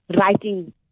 writing